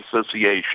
Association